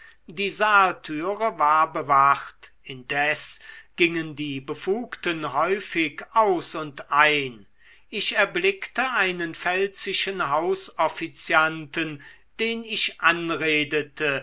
die saaltüre war bewacht indes gingen die befugten häufig aus und ein ich erblickte einen pfälzischen hausoffizianten den ich anredete